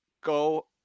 go